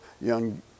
young